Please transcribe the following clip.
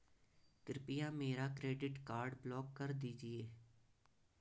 कृपया मेरा credit card block कर दीजिए